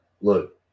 look